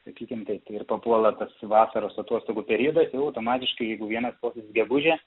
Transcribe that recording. sakykim taip tai ir papuola kas vasaros atostogų periodas jau automatiškai jeigu vienas po gegužę